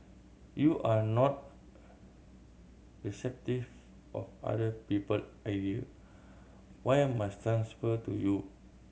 you are not receptive of other people area why must transfer to you